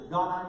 God